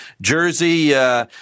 jersey